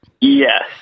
Yes